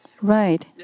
Right